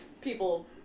people